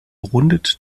rundet